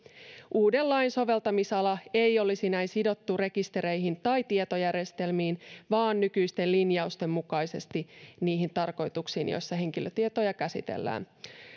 uuden lain soveltamisala ei olisi näin sidottu rekistereihin tai tietojärjestelmiin vaan nykyisten linjausten mukaisesti niihin tarkoituksiin joissa henkilötietoja käsitellään